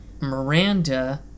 Miranda